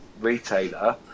retailer